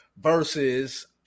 versus